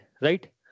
right